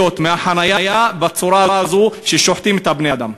מהחניה בצורה הזאת ששוחטים את בני-האדם.